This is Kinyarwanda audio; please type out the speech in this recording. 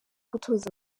gutoza